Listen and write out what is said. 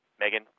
Megan